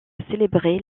célébré